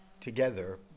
together